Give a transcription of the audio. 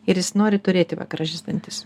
ir jis nori turėti va gražius dantis